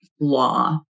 law